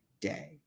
day